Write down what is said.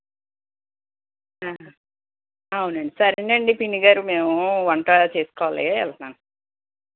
అవునండి సరేలెండి పిన్ని గారు మేము వంట చేసుకోవాలి